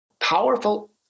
powerful